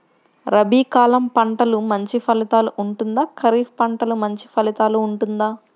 రబీ కాలం పంటలు మంచి ఫలితాలు ఉంటుందా? ఖరీఫ్ పంటలు మంచి ఫలితాలు ఉంటుందా?